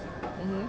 mmhmm